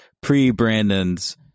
pre-Brandon's